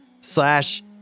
slash